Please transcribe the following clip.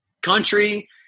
country